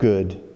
Good